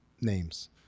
Names